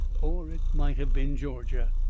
or it might of been georgia.